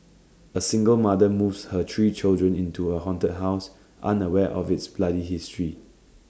A single mother moves her three children into A haunted house unaware of its bloody history